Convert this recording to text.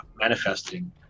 manifesting